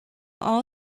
all